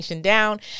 down